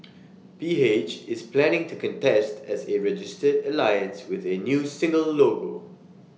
P H is planning to contest as A registered alliance with A new single logo